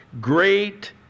great